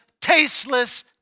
tasteless